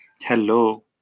Hello